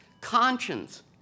conscience